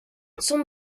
son